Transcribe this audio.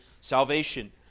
salvation